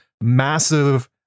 massive